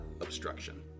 obstruction